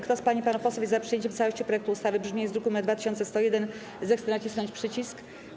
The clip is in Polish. Kto z pań i panów posłów jest za przyjęciem w całości projektu ustawy w brzmieniu z druku nr 2101, zechce nacisnąć przycisk.